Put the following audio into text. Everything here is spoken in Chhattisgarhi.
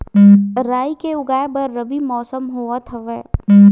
राई के उगाए बर रबी मौसम होवत हवय?